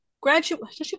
graduate